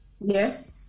Yes